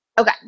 Okay